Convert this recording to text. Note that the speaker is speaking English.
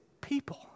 people